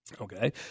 Okay